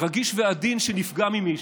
רגיש ועדין שנפגע ממישהו,